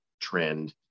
trend